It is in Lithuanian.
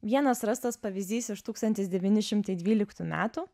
vienas rastas pavyzdys iš tūkstantis devyni šimtai dvyliktų metų